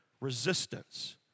resistance